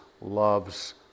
loves